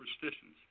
superstitions